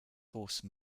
force